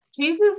Jesus